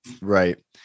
Right